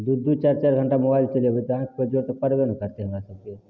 दू दू चारि चारि घण्टा मोबाइल चलेबय तऽ आँखिपर जोर तऽ पड़बे ने करतै हमरा सबके